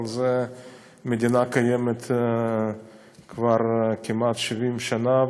אבל המדינה קיימת כבר כמעט 70 שנה,